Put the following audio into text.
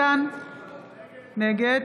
נגד